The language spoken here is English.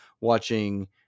watching